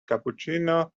cappuccino